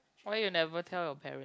why you never tell your parents